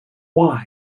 why